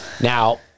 Now